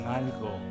algo